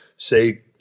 Say